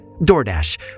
DoorDash